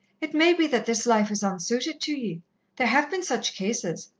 it may be that this life is unsuited to ye there have been such cases.